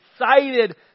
excited